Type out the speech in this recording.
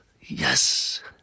yes